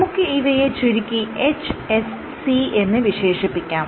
നമുക്ക് ഇവയെ ചുരുക്കി HSC എന്ന് വിശേഷിപ്പിക്കാം